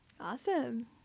Awesome